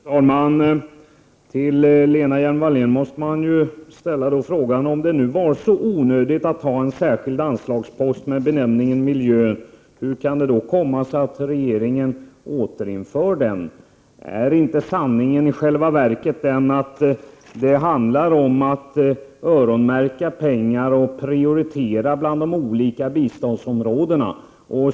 Fru talman! Till Lena Hjelm-Wallén måste jag ställa frågan: Om det verkligen var så omöjligt att ha en särskild anslagspost med benämningen Miljön, hur kan det då komma sig att regeringen återinför den? Är inte sanningen i själva verket den att det handlar om att öronmärka pengar och prioritera bland de olika biståndsområdena?